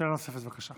שאלה נוספת, בבקשה.